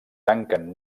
tanquen